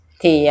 thì